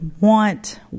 want